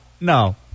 no